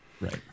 Right